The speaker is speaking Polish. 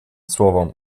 słowom